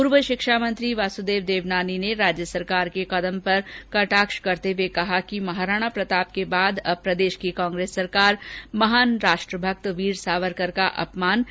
पूर्व शिक्षा मंत्री वासुदेव देवनानी ने राज्य सरकार के कदम पर कटाक्ष करते हुए कहा कि महाराणा प्रताप के बाद अब प्रदेश की कांग्रेस सरकार महान राष्ट्रभक्त वीर सावरकर का अपमान कर रही है